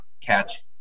catch